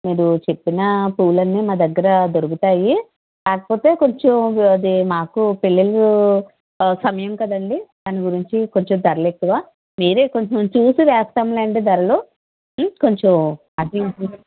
మీరు చెప్పిన పూలన్నీ మా దగ్గర దొరుకుతాయి కాకపోతే కొంచెం అది నాకు పెళ్ళిళ్ళు సమయం కదండీ దానిగురించి కొంచెం ధరలు ఎక్కువ మీరే కొంచెం చూసి వేస్తాం లేండి ధరలు కొంచెం అటుఇటుగా